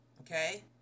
okay